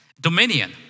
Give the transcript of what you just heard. Dominion